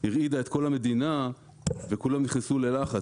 הרעידה את כל המדינה וכולם נכנסו ללחץ.